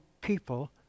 people